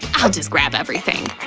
i'll just grab everything.